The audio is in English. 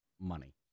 money